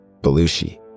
Belushi